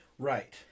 Right